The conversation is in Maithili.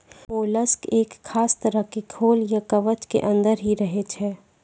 मोलस्क एक खास तरह के खोल या कवच के अंदर हीं रहै छै